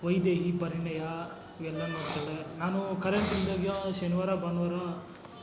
ವೈದೇಹಿ ಪರಿಣಯ ಇವೆಲ್ಲ ನೋಡ್ತಾಳೆ ನಾನು ಕರೆಂಟ್ ಇಲ್ದಾಗ ಶನಿವಾರ ಭಾನುವಾರ